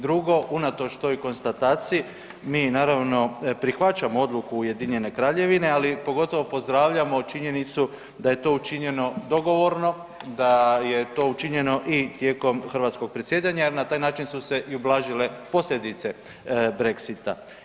Drugo, unatoč toj konstataciji, mi naravno prihvaćamo odluku UK-a, ali pogotovo pozdravljamo činjenicu da je to učinjeno dogovorno, da je to učinjeno i tijekom hrvatskog predsjedanja jer na taj način su se i ublažile posljedice Brexita.